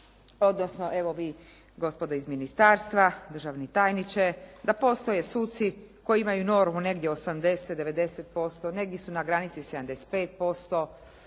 odnosno evo vi gospodo iz ministarstva, državni tajniče da postoje suci koji imaju normu negdje 80-90%, negdje su na granici 75%,